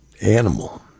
animal